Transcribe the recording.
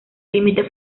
límites